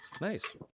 Nice